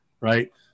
right